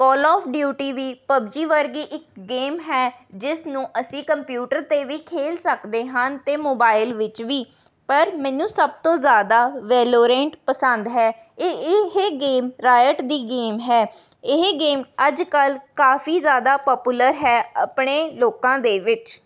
call of duty ਵੀ PUBG ਵਰਗੀ ਇੱਕ ਗੇਮ ਹੈ ਜਿਸ ਨੂੰ ਅਸੀਂ ਕੰਪਿਊਟਰ 'ਤੇ ਵੀ ਖੇਡ ਸਕਦੇ ਹਨ ਅਤੇ ਮੋਬਾਇਲ ਵਿੱਚ ਵੀ ਪਰ ਮੈਨੂੰ ਸਭ ਤੋਂ ਜ਼ਿਆਦਾ ਵੈਲੋਰੈਂਟ ਪਸੰਦ ਹੈ ਇਹ ਗੇਮ ਰਾਅਟ ਦੀ ਗੇਮ ਹੈ ਇਹ ਗੇਮ ਅੱਜ ਕੱਲ੍ਹ ਕਾਫੀ ਜ਼ਿਆਦਾ ਪਾਪੂਲਰ ਹੈ ਆਪਣੇ ਲੋਕਾਂ ਦੇ ਵਿੱਚ